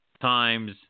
times